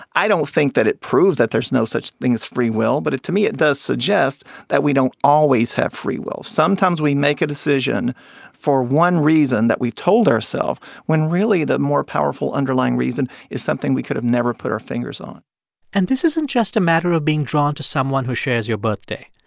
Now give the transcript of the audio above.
i don't think that it proves that there's no such thing as free will. but it to me, it does suggest that we don't always have free will. sometimes we make a decision for one reason that we've told ourself when really the more powerful underlying reason is something we could have never put our fingers on and this isn't just a matter of being drawn to someone who shares your birthday.